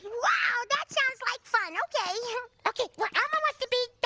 wow that sounds like fun, okay okay well elmo wants to be